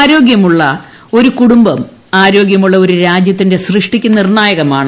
ആരോഗൃമുള്ള ഒരു കുടുംബം ആരോഗൃമുള്ള ഒരു രാജ്യത്തിന്റെ സൃഷ്ടിക്ക് നിർണ്ണായകമാണ്